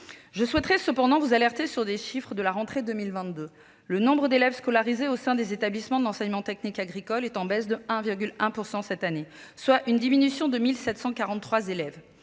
Je tiens cependant à vous alerter sur les chiffres de la rentrée 2022. Le nombre d'élèves scolarisés au sein des établissements de l'enseignement technique agricole est en baisse de 1,1 % cette année, soit une diminution de 1 743 élèves.